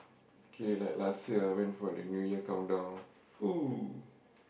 okay like last year I went for the New Year countdown !fuh!